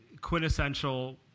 quintessential